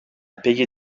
payer